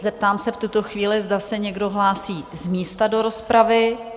Zeptám se v tuto chvíli, zda se někdo hlásí z místa do rozpravy?